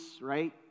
right